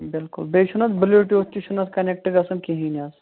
بِلکُل بیٚیہِ چھُنہٕ اَتھ بِلوٗ ٹُتھ تہِ چھُنہٕ اَتھ کَنیٚکٹہٕ گَژھان کہیٖنٛۍ حظ